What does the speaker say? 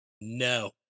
No